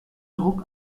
druck